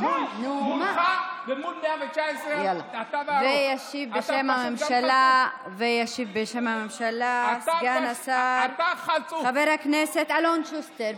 מולך ומול 119 --- וישיב בשם הממשלה סגן השר חבר הכנסת אלון שוסטר.